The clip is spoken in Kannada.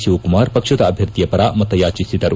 ಶಿವಕುಮಾರ್ ಪಕ್ಷದ ಅಭ್ವರ್ಥಿಯ ಪರ ಮತಯಾಚಿಸಿದರು